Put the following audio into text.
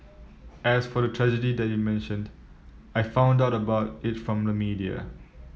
as for the tragedy that you mentioned I found out about it from the media